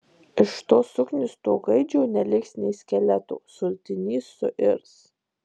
iš to suknisto gaidžio neliks nė skeleto sultiny suirs